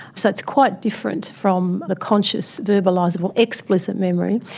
so it's quite different from the conscious verbalisable explicit memory.